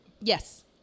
Yes